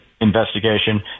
investigation